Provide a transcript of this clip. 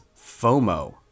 FOMO